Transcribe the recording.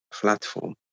platform